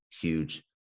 huge